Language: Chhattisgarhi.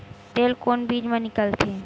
तेल कोन बीज मा निकलथे?